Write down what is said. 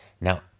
now